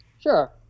Sure